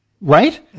Right